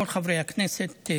כל חברי הכנסת,